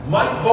Mike